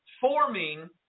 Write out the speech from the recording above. forming